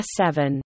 S7